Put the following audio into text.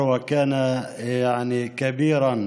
קבוצת